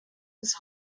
des